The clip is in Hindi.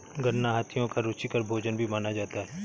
गन्ना हाथियों का रुचिकर भोजन भी माना जाता है